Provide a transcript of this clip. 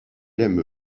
aime